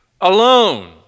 alone